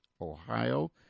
Ohio